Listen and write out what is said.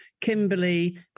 Kimberly